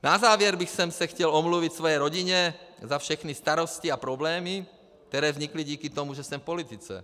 Na závěr bych se chtěl omluvit své rodině za všechny starosti a problémy, které vznikly díky tomu, že jsem v politice.